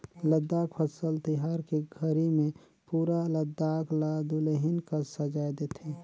लद्दाख फसल तिहार के घरी मे पुरा लद्दाख ल दुलहिन कस सजाए देथे